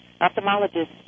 ophthalmologist